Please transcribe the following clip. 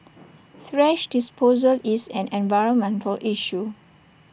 thrash disposal is an environmental issue